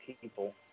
people